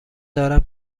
دارم